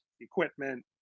equipment